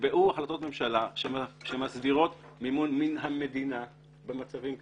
ונקבעו החלטות ממשלה שמסדירות מימון מן המדינה במצבים כאלה.